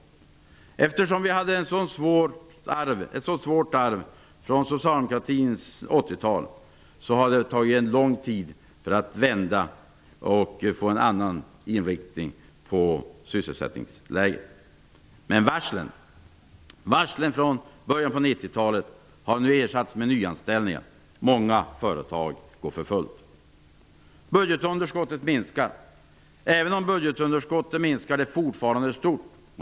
Eftersom vi hade ett så svårt arv från socialdemokratins 1980-tal har det tagit en lång tid för att vända och få en annan inriktning på sysselsättningsläget. Men varslen från början av 1990-talet har nu ersatts med nyanställningar. Många företag går för fullt. Budgetunderskottet minskar, men det är fortfarande stort.